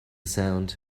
sound